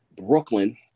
Brooklyn